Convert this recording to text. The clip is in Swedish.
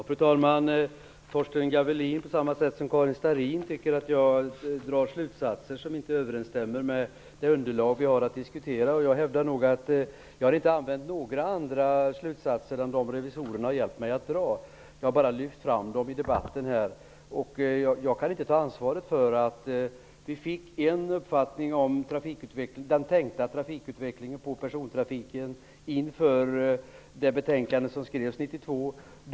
Fru talman! Torsten Gavelin tycker på samma sätt som Karin Starrin att jag drar slutsatser som inte överensstämmer med det underlag vi har att diskutera. Jag hävdar nog att jag inte har använt några andra slutsatser än de revisorerna har hjälpt mig att dra. Jag har bara lyft fram dem i debatten. Jag kan inte ta ansvaret för att vi fick en uppfattning om den tänkta trafikutvecklingen för persontrafiken inför det betänkande som skrevs 1992.